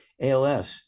ALS